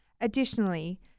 Additionally